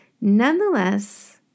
Nonetheless